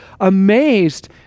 amazed